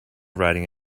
riding